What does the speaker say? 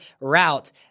route